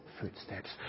footsteps